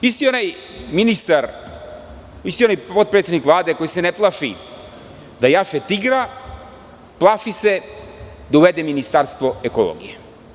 Isti onaj ministar, isti onaj potpredsednik Vlade koji se ne plaši da jaše tigra, plaši se da uvede Ministarstvo ekologije.